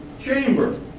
chamber